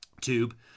tube